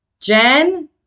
Jen